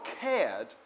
cared